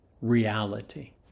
reality